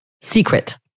Secret